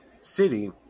city